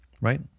right